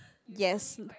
yes